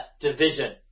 Division